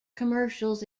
commercials